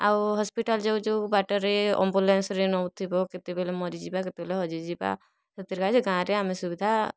ଆଉ ହସ୍ପିଟାଲ୍ ଯେଉଁ ଯେଉଁ ବାଟରେ ଆମ୍ବୁଲାନ୍ସରେ ନଉଥିବ କେତେବେଲେ ମରିଯିବା କେତେବେଲେ ହଜିଯିବା ସେଥିର କାଜି ଗାଁରେ ଆମେ ସୁବିଧା